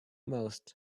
most